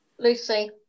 Lucy